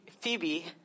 Phoebe